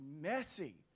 messy